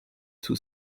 too